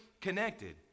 connected